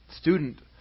student